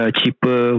cheaper